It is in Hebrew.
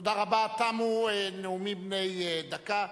תודה רבה, תמו נאומים בני דקה.